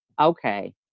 okay